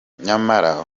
nyamara